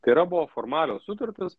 tai yra buvo formalios sutartys